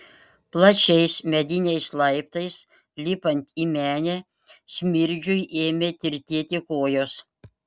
plačiais mediniais laiptais lipant į menę smirdžiui ėmė tirtėti kojos